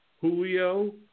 Julio